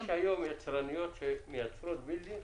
יש היום יצרניות שמייצרות בילט-אין?